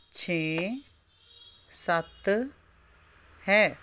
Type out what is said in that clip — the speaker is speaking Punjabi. ਛੇ ਸੱਤ ਹੈ